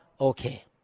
okay